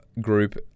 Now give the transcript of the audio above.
group